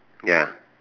ya